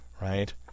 right